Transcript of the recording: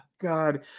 God